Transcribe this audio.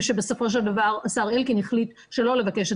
ושבסופו של דבר השר אלקין החליט שלא לבקש את